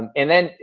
and and, then,